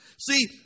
See